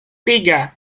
tiga